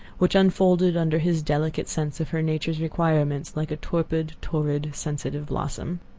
which unfolded under his delicate sense of her nature's requirements like a torpid, torrid, sensitive blossom.